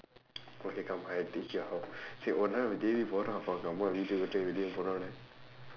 okay come I teach you how say ஒரு நாள்:oru naal J_B போகுறோம் உங்க அம்மாவ விட்டு வெளியே போறவனே:pookuroom ungka ammaava vitdu veliyee pooravanee